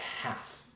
half